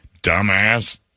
Dumbass